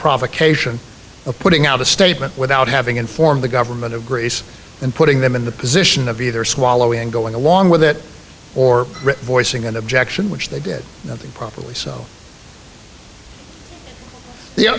provocation of putting out a statement without having informed the government of greece and putting them in the position of either swallowing going along with it or voicing an objection which they did not properly so y